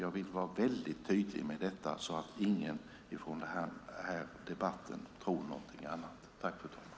Jag vill vara väldigt tydlig med detta så att ingen tror någonting annat utifrån den här debatten.